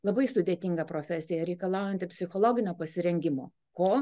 labai sudėtinga profesija reikalaujanti psichologinio pasirengimo ko